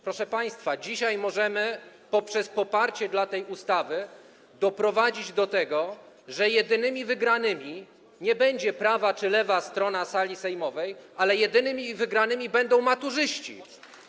Proszę państwa, dzisiaj możemy, poprzez poparcie dla tej ustawy, doprowadzić do tego, że jedynymi wygranymi nie będzie prawa czy lewa strona sali sejmowej, ale jedynymi wygranymi będą maturzyści.